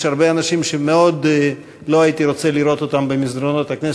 יש הרבה אנשים שמאוד לא הייתי רוצה לראות אותם במסדרונות הכנסת,